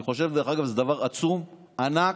דרך אגב, אני חושב שזה דבר עצום, ענק,